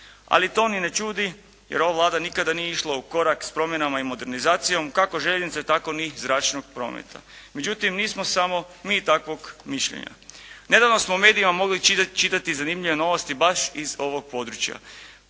Ali to ni ne čudi jer ova Vlada nikada nije išla u korak s promjenama i modernizacijom kako željeznice tako ni zračnog prometa. Međutim, nismo samo mi takvog mišljenja. Nedavno smo u medijima mogli čitati zanimljive novosti baš iz ovog područja.